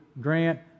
Grant